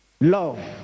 love